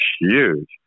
huge